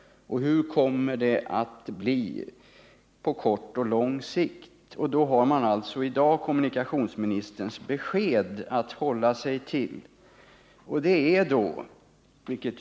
Och hur kommer det att bli på kort och lång sikt? De har då i dag kommunikationsministerns besked att hålla sig till. Det är: Vidare utredning.